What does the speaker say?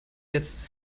jetzt